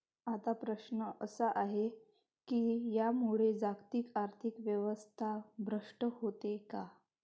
आता प्रश्न असा आहे की यामुळे जागतिक आर्थिक व्यवस्था भ्रष्ट होते का?